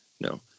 No